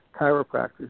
chiropractors